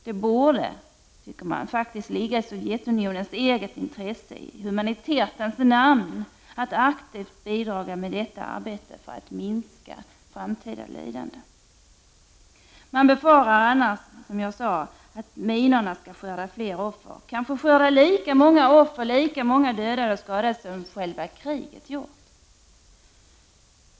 Det borde faktiskt ligga i Sovjetunionens eget intresse att i humanitetens namn aktivt bidra med detta för att minska framtida lidande. Man befarar annars att minorna, som jag sade, skall skörda fler offer, kanske skörda lika många offer — lika många dödade och skadade — som själva kriget gjort.